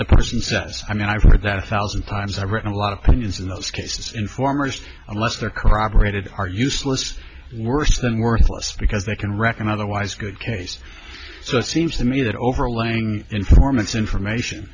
the person says i mean i've heard that a thousand times i've written a lot of things in those cases informers unless they're corroborated are useless worse than worthless because they can reckon otherwise good case so it seems to me that overlaying informants information